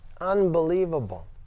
Unbelievable